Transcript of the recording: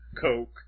coke